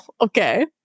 Okay